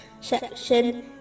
section